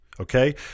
Okay